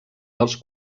dels